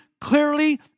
clearly